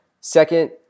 Second